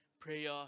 prayer